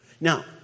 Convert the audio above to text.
Now